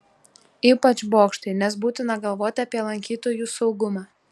ypač bokštai nes būtina galvoti apie lankytojų saugumą